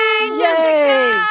Yay